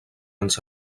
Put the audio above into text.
ens